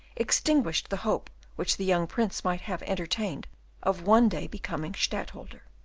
extinguished the hope which the young prince might have entertained of one day becoming stadtholder.